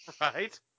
Right